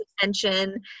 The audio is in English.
attention